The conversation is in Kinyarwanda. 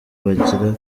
bagira